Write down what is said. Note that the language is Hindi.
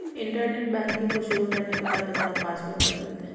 इंटरनेट बैंकिंग को शुरू करने के बाद अपना पॉसवर्ड बदल दे